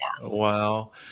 wow